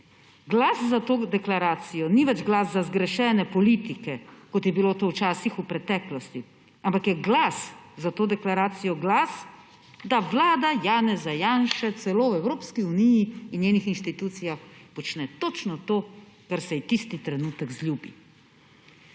Glas za to deklaracijo ni več glas za zgrešene politike, kot je bilo to v preteklosti, ampak je glas za to deklaracijo glas, da vlada Janeza Janše celo v Evropski uniji in njenih institucijah počne točno to, kar se ji tisti trenutek zljubi.